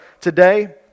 today